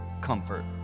comfort